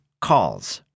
calls